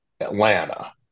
Atlanta